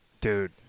Dude